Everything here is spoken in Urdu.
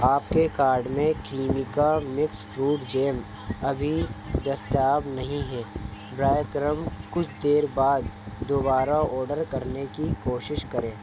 آپ کے کارڈ میں کلیمیکا مکس فروٹ جیم ابھی دستیاب نہیں ہے برائے کرم کچھ دیر بعد دوبارہ آرڈر کرنے کی کوشش کریں